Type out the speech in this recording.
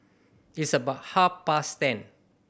its about half past ten